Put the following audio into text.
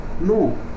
No